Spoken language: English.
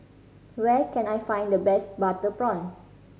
where can I find the best butter prawn